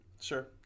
Sure